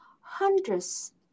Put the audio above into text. hundreds